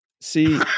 See